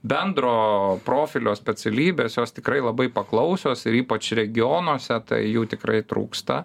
bendro profilio specialybės jos tikrai labai paklausios ir ypač regionuose tai jų tikrai trūksta